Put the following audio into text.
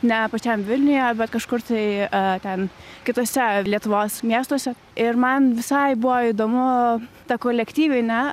ne pačiam vilniuje bet kažkur tai ten kituose lietuvos miestuose ir man visai buvo įdomu ta kolektyvinė